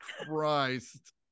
christ